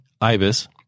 IBIS